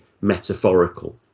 metaphorical